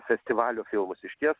festivalio filmus išties